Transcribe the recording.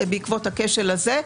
בעקבות הכשל הזה.